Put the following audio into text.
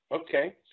Okay